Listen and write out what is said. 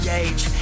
age